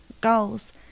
goals